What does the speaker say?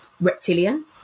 reptilian